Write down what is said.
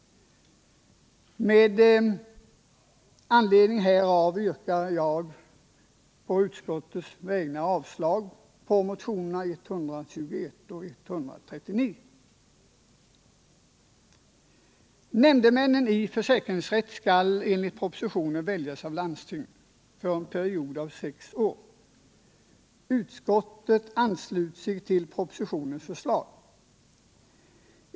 Med anledning härav yrkar jag på utskottets vägnar avslag på motionerna 121 och 139. Nämndemännen i försäkringsrätt skall enligt propositionen väljas av landsting för en period av 6 år. Utskottet ansluter sig till propositionens förslag.